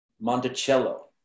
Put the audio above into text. Monticello